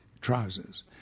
trousers